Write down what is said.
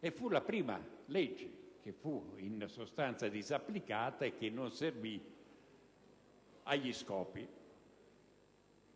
E fu la prima legge, in sostanza disapplicata, che non servì agli scopi.